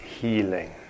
healing